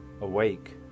Awake